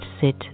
sit